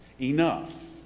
enough